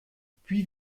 puy